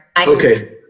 Okay